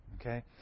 Okay